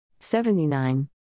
79